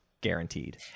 guaranteed